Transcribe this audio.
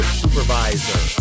supervisor